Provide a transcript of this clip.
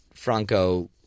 Franco